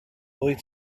wyt